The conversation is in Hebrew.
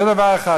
זה דבר אחד.